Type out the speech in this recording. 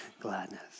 gladness